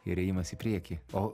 ir ėjimas į priekį o